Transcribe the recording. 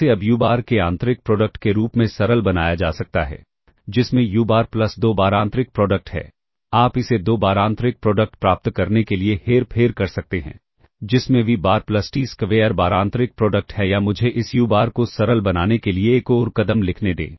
जिसे अब U bar के आंतरिक प्रोडक्ट के रूप में सरल बनाया जा सकता है जिसमें U बार प्लस दो बार आंतरिक प्रोडक्ट है आप इसे दो बार आंतरिक प्रोडक्ट प्राप्त करने के लिए हेरफेर कर सकते हैं जिसमें V bar plus T square bar आंतरिक प्रोडक्ट है या मुझे इस U बार को सरल बनाने के लिए एक और कदम लिखने दें